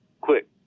quick